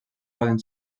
poden